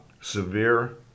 severe